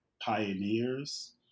pioneers